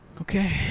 Okay